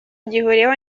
gihuriweho